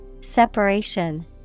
Separation